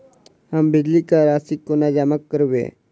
हम बिजली कऽ राशि कोना जमा करबै?